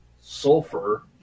sulfur